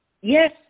Yes